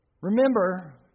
Remember